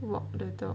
walk the dog